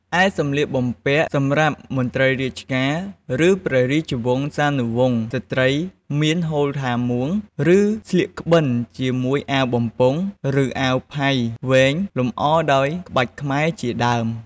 ឯសម្លៀកបំពាក់សម្រាប់មន្រ្តីរាជការ ឬព្រះរាជវង្សានុវង្សជាស្រ្តីមាន ហូលផាមួង ឬស្លៀកក្បិនជាមួយអាវបំពង់ ឬអាវផាយវែង លម្អដោយក្បាច់ខ្មែរជាដើម។